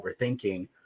overthinking